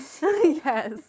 Yes